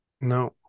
No